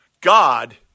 God